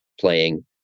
playing